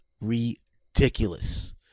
ridiculous